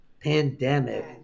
pandemic